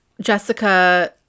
jessica